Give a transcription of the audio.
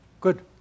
Good